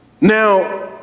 Now